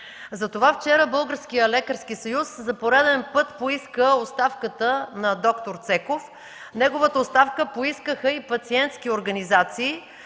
Затова вчера Българският лекарски съюз за пореден път поиска оставката на д-р Цеков. Неговата оставка поискаха и пациентски организации.